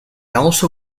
also